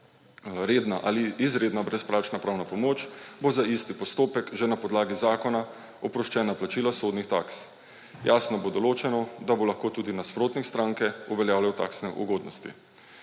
redna ali izredna brezplačna pravna pomoč, bo za isti postopek že na podlagi zakona oproščena plačila sodnih taks. Jasno bo določeno, da bo lahko tudi nasprotnik stranke uveljavljal taksne ugodnosti.